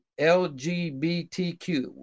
LGBTQ